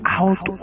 out